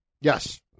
Yes